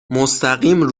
مستقیم